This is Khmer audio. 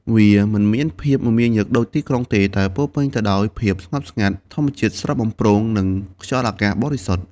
វាមិនមានភាពមមាញឹកដូចទីក្រុងទេ តែពោរពេញទៅដោយភាពស្ងប់ស្ងាត់ ធម្មជាតិស្រស់បំព្រង និងខ្យល់អាកាសបរិសុទ្ធ។